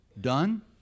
done